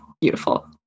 beautiful